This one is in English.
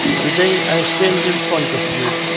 today, i stand in front of you,